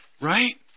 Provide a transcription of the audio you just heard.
right